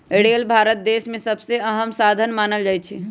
rail Bharat देश में सबसे अहम साधन मानल जाई छई